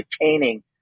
retaining